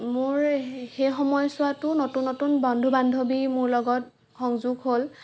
মোৰ সেই সময়চোৱাটো নতুন নতুন বন্ধু বান্ধৱী মোৰ লগত সংযোগ হ'ল